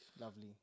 Lovely